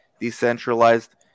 decentralized